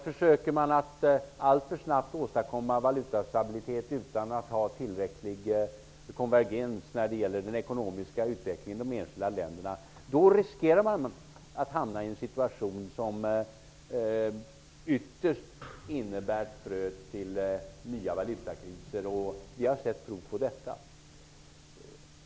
Försöker man att alltför snabbt åstadkomma valutastabilitet, utan att ha tillräcklig konvergens när det gäller den ekonomiska utvecklingen i de enskilda länderna, riskerar man att hamna i en situation som ytterst innehåller fröet till nya valutakriser. Vi har sett prov på detta.